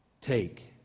Take